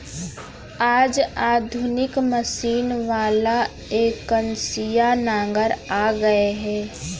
आज आधुनिक मसीन वाला एकनसिया नांगर आ गए हे